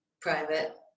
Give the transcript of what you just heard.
private